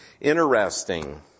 interesting